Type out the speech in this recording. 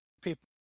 people